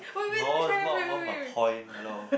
no is not worth my point hello